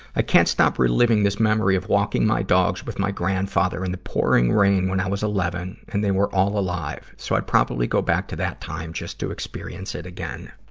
i can't stop reliving this memory of walking my dogs with my grandfather in the pouring rain when i was eleven and they were all alive. so i'd probably go back to that time just to experience it again.